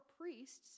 priests